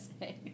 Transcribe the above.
say